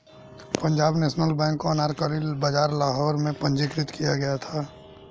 Punjab national bank को अनारकली बाजार लाहौर में पंजीकृत किया गया था